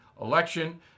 election